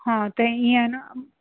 हा त इअं आहे न